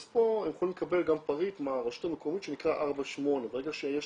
אז פה יכולים לקבל פריט מהרשות המקומית שנקרא 4.8. ברגע שיש